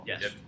Yes